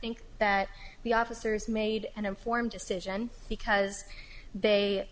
think that the officers made an informed decision because they